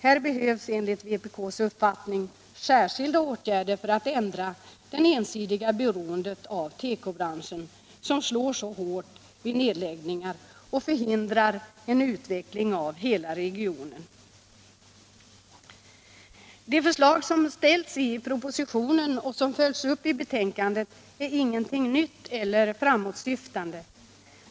Här behövs enligt vpk:s uppfattning särskilda åtgärder för att ändra det ensidiga beroendet av tekobranschen, som slår så hårt vid nedläggningar och förhindrar en utveckling av hela regionen. De förslag som ställts i propositionen och följts upp i betänkandet innehåller ingenting nytt eller framåtsyftande.